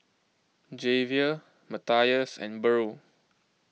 Javier Matias and Burl